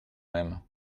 même